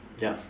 yup